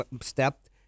stepped